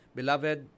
beloved